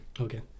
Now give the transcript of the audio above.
Okay